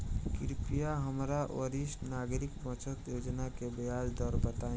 कृपया हमरा वरिष्ठ नागरिक बचत योजना के ब्याज दर बताई